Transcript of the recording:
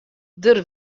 der